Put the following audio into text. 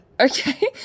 Okay